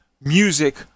music